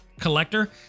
collector